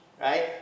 right